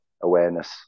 awareness